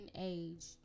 age